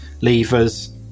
levers